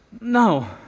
No